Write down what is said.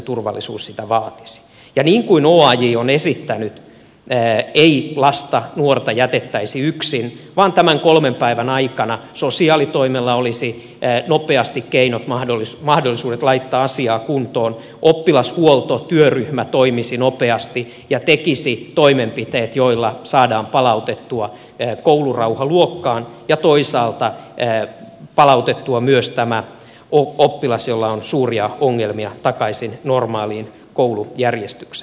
niin kuin oaj on esittänyt ei lasta nuorta jätettäisi yksin vaan tämän kolmen päivän aikana sosiaalitoimella olisi nopeasti keinot mahdollisuudet laittaa asiaa kuntoon oppilashuoltotyöryhmä toimisi nopeasti ja tekisi toimenpiteet joilla saadaan palautettua koulurauha luokkaan ja toisaalta palautettua myös tämä oppilas jolla on suuria ongelmia takaisin normaaliin koulujärjestykseen